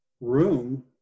room